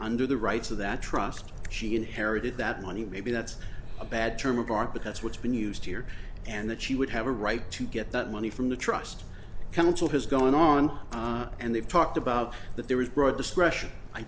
the rights of that trust she inherited that money maybe that's a bad term of art but that's what's been used here and that she would have a right to get that money from the trust council has gone on and they've talked about that there is broad discretion i